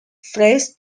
fresh